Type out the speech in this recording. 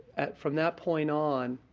from that point on,